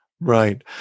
Right